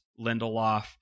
Lindelof